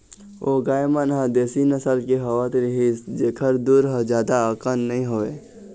ओ गाय मन ह देसी नसल के होवत रिहिस जेखर दूद ह जादा अकन नइ होवय